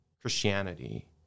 Christianity